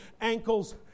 Ankles